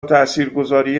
تاثیرگذاری